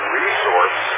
resource